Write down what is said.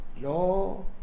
law